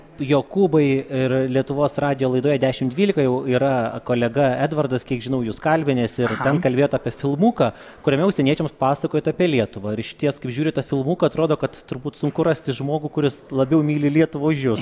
jokūbai ir lietuvos radijo laidoje dešimt dvylika jau yra kolega edvardas kiek žinau jus kalbinęs ir kalbėjot apie filmuką kuriame užsieniečiams pasakojot apie lietuvą ir išties kaip žiūriu tą filmuką atrodo kad turbūt sunku rasti žmogų kuris labiau myli lietuvą už jus